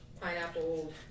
pineapple